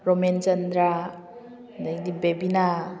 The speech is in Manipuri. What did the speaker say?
ꯔꯣꯃꯦꯟꯆꯟꯗ꯭ꯔꯥ ꯑꯗꯩꯗꯤ ꯗꯦꯕꯤꯅ